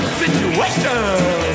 situation